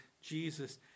Jesus